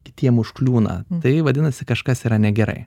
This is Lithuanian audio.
kitiem užkliūna tai vadinasi kažkas yra negerai